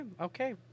Okay